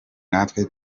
natwe